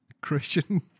Christian